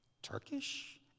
Turkish